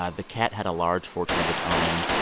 ah the cat had a large fortune of its own.